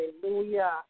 Hallelujah